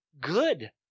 good